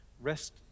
Rest